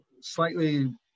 slightly